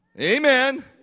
Amen